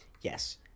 yes